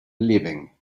living